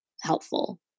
helpful